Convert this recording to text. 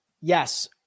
Yes